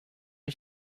ich